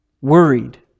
worried